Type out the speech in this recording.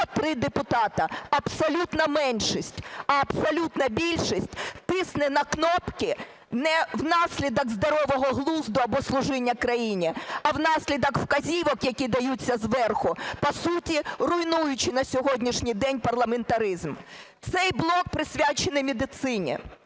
103 депутати – абсолютна меншість. А абсолютна більшість тисне на кнопки не внаслідок здорового глузду або служіння країні, а внаслідок вказівок, які даються зверху, по суті руйнуючи на сьогоднішній день парламентаризм. Цей блок присвячений медицині.